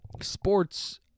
sports